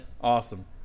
Awesome